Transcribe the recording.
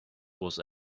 was